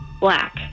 Black